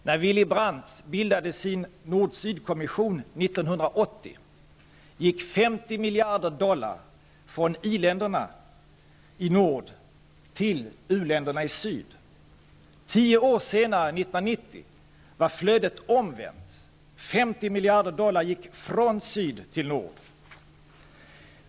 När 1980 gick 50 miljarder dollar från i-länderna i nord till u-länderna i syd. Tio år senare, 1990, var flödet omvänt: 50 miljarder dollar gick från syd till nord.